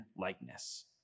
likeness